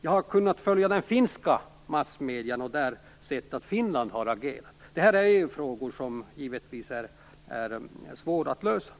Jag har kunnat följa finska massmedier och där kunnat se att Finland har agerat. Detta är ju frågor som givetvis är svåra att lösa.